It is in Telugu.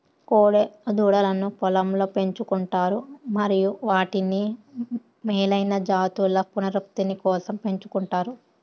కోడె దూడలను పొలంలో పెంచు కుంటారు మరియు వాటిని మేలైన జాతుల పునరుత్పత్తి కోసం పెంచుకుంటారు